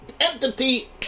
entity